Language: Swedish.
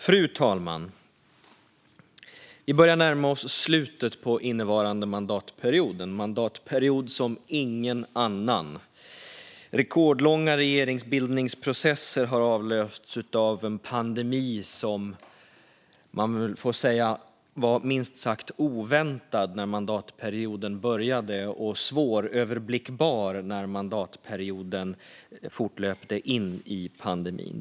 Fru talman! Vi börjar närma oss slutet på innevarande mandatperiod, en mandatperiod som ingen annan. Rekordlånga regeringsbildningsprocesser har avlösts av en pandemi som väl får sägas var minst sagt oväntad när mandatperioden började och som var svåröverblickbar när mandatperioden fortlöpte under pandemin.